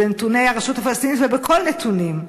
בנתוני הרשות הפלסטינית ובכל נתונים.